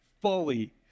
fully